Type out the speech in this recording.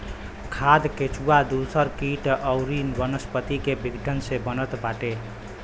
खाद केचुआ दूसर किट अउरी वनस्पति के विघटन से बनत बाटे